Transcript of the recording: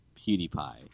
PewDiePie